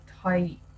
tight